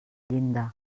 llindar